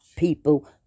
People